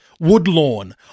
woodlawn